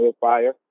fire